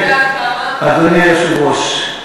אדוני היושב-ראש,